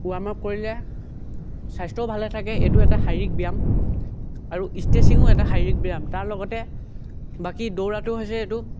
warm up কৰিলে স্বাস্থ্যও ভালে থাকে এইটো এটা শাৰীৰিক ব্যায়াম আৰু ইষ্ট্ৰেচিঙো এটা শাৰীৰিক ব্যায়াম তাৰ লগতে বাকী দৌৰাটো হৈছে এইটো